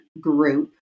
group